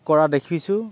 কৰা দেখিছোঁ